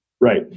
Right